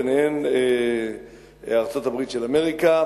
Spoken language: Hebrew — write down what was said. ביניהן ארצות-הברית של אמריקה,